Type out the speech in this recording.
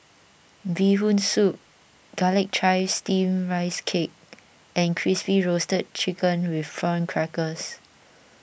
Bee Hoon Soup Garlic Chives Steamed Rice Cake and Crispy Roasted Chicken with Prawn Crackers